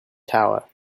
tower